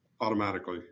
automatically